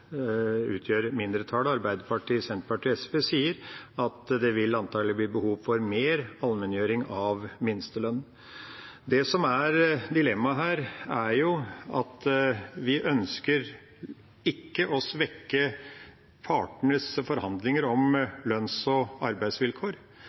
utgjør mindretallet – Arbeiderpartiet, Senterpartiet og SV – sier, vil det antakelig bli behov for mer allmenngjøring av minstelønn. Det som er dilemmaet her, er at vi ikke ønsker å svekke partenes forhandlinger om